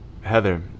Heather